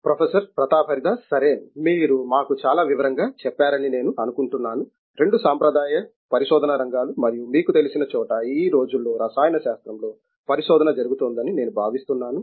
professor Pratap Haridas సరే మీరు మాకు చాలా వివరంగా చెప్పారని నేను అనుకుంటున్నాను రెండూ సాంప్రదాయ పరిశోధన రంగాలు మరియు మీకు తెలిసిన చోట ఈ రోజుల్లో రసాయన శాస్త్రంలో పరిశోధన జరుగుతోందని నేను భావిస్తున్నాను